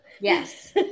Yes